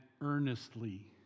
earnestly